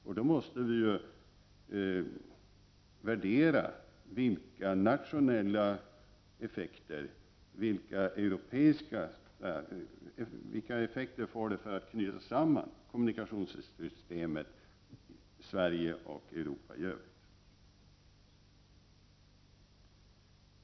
Vi måste i det sammanhanget värdera vilka nationella och europeiska effekter det får att man knyter samman kommunikationssystemet i Sverige med systemet i Europa i övrigt.